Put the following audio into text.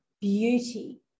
beauty